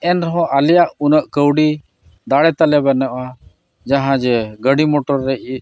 ᱮᱱ ᱨᱮᱦᱚᱸ ᱟᱞᱮᱭᱟᱜ ᱩᱱᱟᱹᱜ ᱠᱟᱹᱣᱰᱤ ᱫᱟᱲᱮ ᱛᱟᱞᱮ ᱵᱟᱹᱱᱩᱜᱼᱟ ᱡᱟᱦᱟᱸ ᱡᱮ ᱜᱟᱹᱰᱤ ᱨᱮ